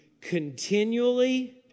continually